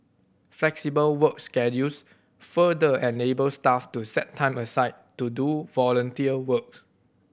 flexible work schedules further enable staff to set time aside to do volunteer works